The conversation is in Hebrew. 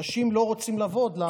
אנשים לא רוצים לבוא לעבוד שם.